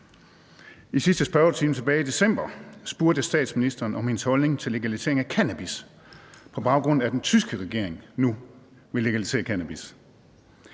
I sidste spørgetime tilbage i december spurgte jeg statsministeren om hendes holdning til legalisering af cannabis, på baggrund af at den tyske regering nu vil legalisere cannabis.